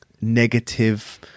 negative